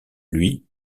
lui